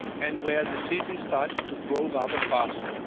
and where the cities started to grow rather fast.